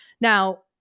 Now